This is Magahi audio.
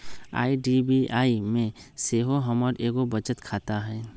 आई.डी.बी.आई में सेहो हमर एगो बचत खता हइ